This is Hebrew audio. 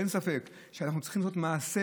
אין ספק שאנחנו צריכים לעשות מעשה,